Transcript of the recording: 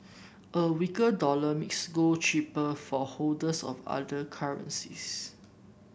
a weaker dollar makes gold cheaper for holders of other currencies